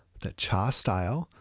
the cha style,